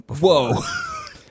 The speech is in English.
Whoa